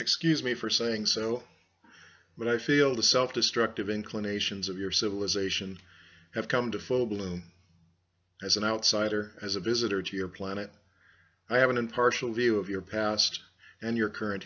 excuse me for saying so but i feel the self destructive inclinations of your civilisation have come to full bloom as an outsider as a visitor to your planet i have an impartial view of your past and your current